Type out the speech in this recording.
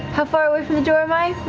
how far away from the door am i,